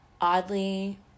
oddly